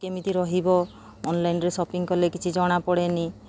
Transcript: କେମିତି ରହିବ ଅନଲାଇନ୍ରେ ସପିଂ କଲେ କିଛି ଜଣାପଡ଼େନି